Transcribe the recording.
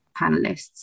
panelists